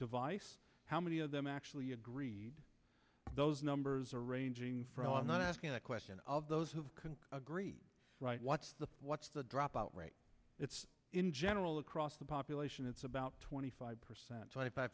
device how many of them actually agreed those numbers are ranging from i'm not asking a question of those who agree what's the what's the dropout rate it's in general across the population it's about twenty five percent twenty five